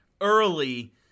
early